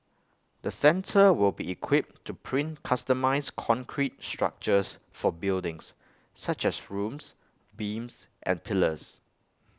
the centre will be equipped to print customised concrete structures for buildings such as rooms beams and pillars